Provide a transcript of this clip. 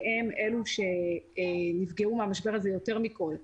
שהם אלו שנפגעו מהמשבר הזה יותר מכול,